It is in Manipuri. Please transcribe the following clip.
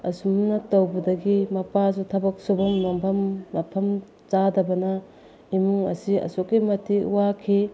ꯑꯁꯨꯝꯅ ꯇꯧꯕꯗꯒꯤ ꯃꯄꯥꯁꯨ ꯊꯕꯛ ꯁꯨꯕꯝ ꯅꯣꯝꯕꯝ ꯃꯐꯝ ꯆꯥꯗꯕꯅ ꯏꯃꯨꯡ ꯑꯁꯤ ꯑꯁꯨꯛꯀꯤ ꯃꯇꯤꯛ ꯋꯥꯈꯤ